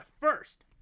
first